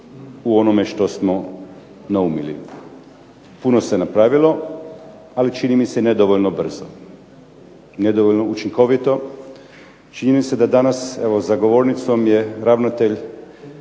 u onome što smo naumili? Puno se napravilo, ali čini mi se nedovoljno brzo, nedovoljno učinkovito. Čini mi se da danas, evo za govornicom je ravnatelj